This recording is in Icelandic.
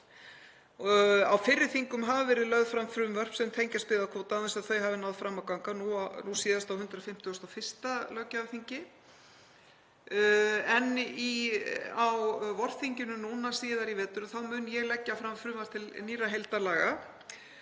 Á fyrri þingum hafa verið lögð fram frumvörp sem tengjast byggðakvóta án þess að þau hafi náð fram að ganga, nú síðast á 151. löggjafarþingi. Á vorþinginu síðar í vetur mun ég leggja fram frumvarp til nýrra heildarlaga